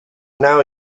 now